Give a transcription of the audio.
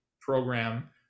program